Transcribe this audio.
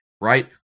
right